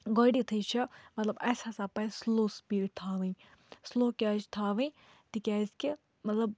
گاڈڑِ یِتھٕے چھِ مطلب اَسہِ ہَسا پَزِ سلو سپیٖڈ تھاوٕنۍ سلو کیٛازِ تھاوٕنۍ تِکیٛازِ کہِ مطلب